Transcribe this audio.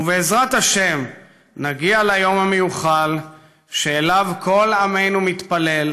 ובעזרת השם נגיע ליום המיוחל שאליו כל עמנו מתפלל,